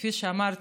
כפי שאמרתי,